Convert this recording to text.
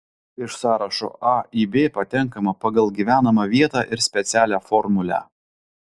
iš sąrašo a į b patenkama pagal gyvenamą vietą ir specialią formulę